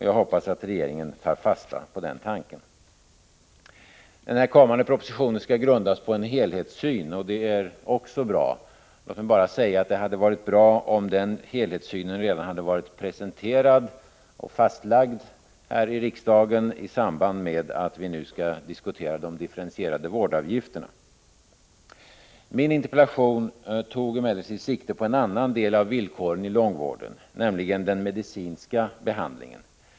Jag hoppas att regeringen tar fasta på den tanken. Den kommande propositionen skall grundas på en helhetssyn. Det är också bra. Låt mig bara säga att det hade varit bra om den helhetssynen redan hade varit presenterad och fastlagd här i riksdagen i samband med att vi nu skall diskutera de differentierade vårdavgifterna. Min interpellation tog emellertid sikte på en annan del av villkoren i långvården, nämligen den medicinska behandlingen.